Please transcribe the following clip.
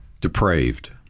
Depraved